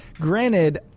granted